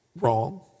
wrong